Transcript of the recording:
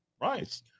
Right